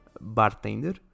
Bartender